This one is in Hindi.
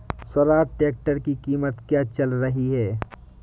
स्वराज ट्रैक्टर की कीमत क्या चल रही है?